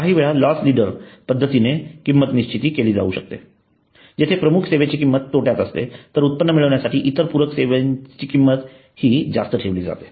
काही वेळा loss leader पद्धतीने किंमत निश्चिती केली जावू शकते जेथे प्रमुख सेवेची किंमत तोट्यात असते तर उत्पन्न मिळवण्यासाठी इतर पूरक सेवांची किंमत हि जास्त ठरवलेली असते